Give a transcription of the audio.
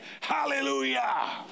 Hallelujah